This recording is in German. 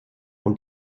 und